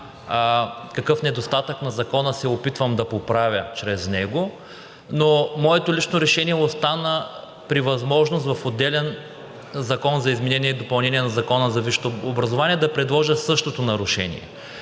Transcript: какъв недостатък на Закона се опитвам да поправя чрез него, но моето лично решение остана при възможност в отделен Закон за изменение и допълнение на Закона за висшето образование да предложа същото. Така че